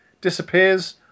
disappears